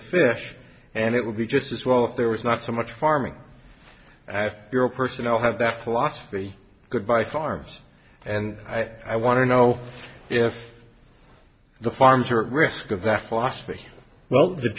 fish and it will be just as well if there was not so much farming as your personnel have that philosophy goodbye farmers and i want to know if the farms are at risk of that philosophy well the